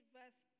verse